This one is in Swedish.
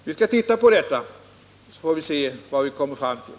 Vi skall titta på det här, och då får vi se vad vi kan komma fram till.